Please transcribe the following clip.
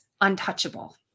untouchable